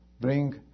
bring